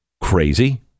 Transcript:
crazy